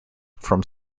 from